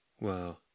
Wow